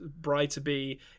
bride-to-be